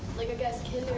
like i guess can